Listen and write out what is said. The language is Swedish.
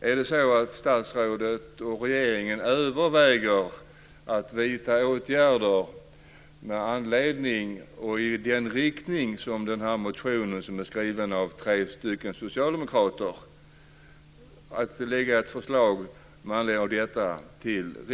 Överväger statsrådet och regeringen att vidta åtgärder och lägga fram förslag till riksdagen med anledning av och i den riktning som framgår i motionen väckt av tre socialdemokrater?